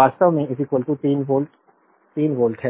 वास्तव में 3 volt 3 volt है